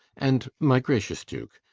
and, my gracious duke,